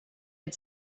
had